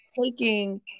Taking